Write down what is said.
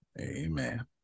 Amen